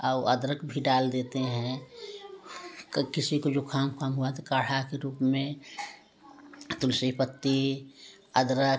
और अदरक भी डाल देते हैं किसी को जुकाम ओखाम हुआ तो काढ़ा के रूप में तुलसी पत्ती अदरक